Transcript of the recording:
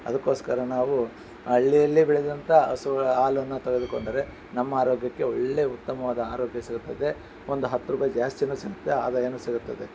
ಅದಕ್ಕೋಸ್ಕರ ನಾವು ಹಳ್ಳಿಯಲ್ಲಿ ಬೆಳೆದಂಥ ಹಸುಗಳ ಹಾಲನ್ನು ತೆಗೆದುಕೊಂಡರೆ ನಮ್ಮ ಆರೋಗ್ಯಕ್ಕೆ ಒಳ್ಳೇ ಉತ್ತಮವಾದ ಆರೋಗ್ಯ ಸಿಗುತ್ತದೆ ಒಂದು ಹತ್ತು ರೂಪಾಯಿ ಜಾಸ್ತಿಯೂ ಸಿಗುತ್ತೆ ಆದಾಯವೂ ಸಿಗುತ್ತದೆ